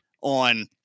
on –